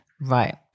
Right